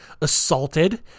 assaulted